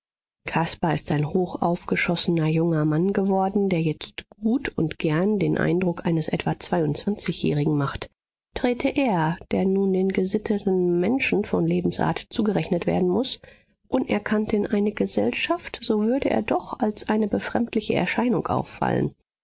caspar ist ein hochaufgeschossener junger mann geworden der jetzt gut und gern den eindruck eines etwa zweiundzwanzigjährigen macht träte er der nun den gesitteten menschen von lebensart zugerechnet werden muß unerkannt in eine gesellschaft so würde er doch als eine befremdliche erscheinung auffallen